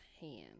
hand